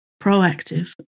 proactive